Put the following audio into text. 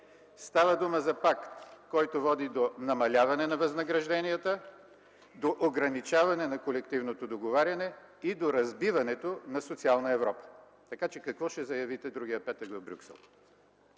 Става дума за пакт, който води до намаляване на възнагражденията, до ограничаване на колективното договаряне и до разбиването на социална Европа. Така че: какво ще заявите другия петък в Брюксел?